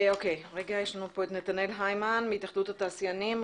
יש לנו פה את נתנאל היימן מהתאחדות התעשיינים,